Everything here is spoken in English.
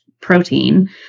protein